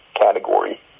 category